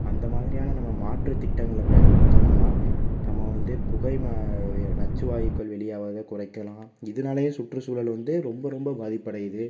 அந்தமாதிரியான நம்ப மாற்று திட்டங்களை பயன்படுத்தினோம்னா நம்ப வந்து புகை நச்சு வாயுக்கள் வெளியாவரதை குறைக்கலாம் இதனாலேயே சுற்றுசூழல் வந்து ரொம்ப ரொம்ப பாதிப்படையுது